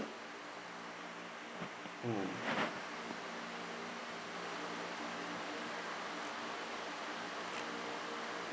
mm